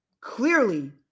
clearly